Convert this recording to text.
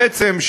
בעצם,